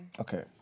Okay